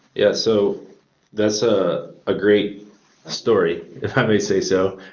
yeah, so that's ah a great story if i may say so.